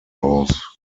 aus